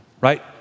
right